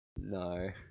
No